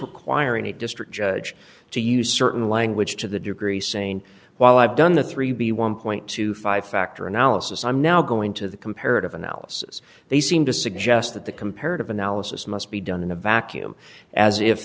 requiring a district judge to use certain language to the degree saying while i've done the three b one dollar factor analysis i'm now going to the comparative analysis they seem to suggest that the comparative analysis must be done in a vacuum as if